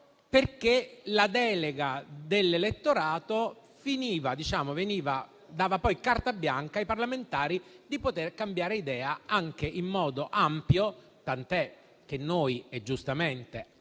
perché la delega dell'elettorato dava carta bianca ai parlamentari di cambiare idea, anche in modo ampio: tant'è che noi, giustamente,